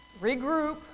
Regroup